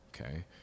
okay